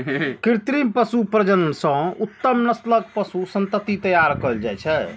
कृत्रिम पशु प्रजनन सं उत्तम नस्लक पशु संतति तैयार कएल जाइ छै